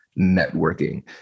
networking